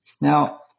Now